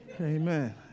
Amen